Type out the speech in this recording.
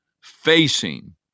facing